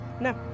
No